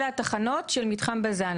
אלה התחנות של מתחם בזן,